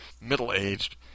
middle-aged